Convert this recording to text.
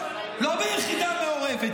לא ביחידה מעורבת,